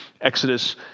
Exodus